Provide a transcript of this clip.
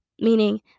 meaning